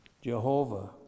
Jehovah